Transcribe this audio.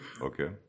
Okay